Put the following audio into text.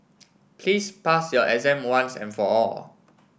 please pass your exam once and for all